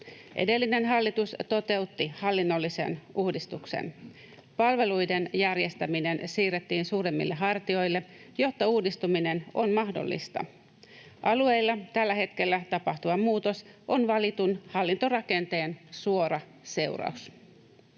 Edellinen hallitus toteutti hallinnollisen uudistuksen. Palveluiden järjestäminen siirrettiin suuremmille hartioille, jotta uudistuminen on mahdollista. Alueilla tällä hetkellä tapahtuva muutos on valitun hallintorakenteen suora seuraus.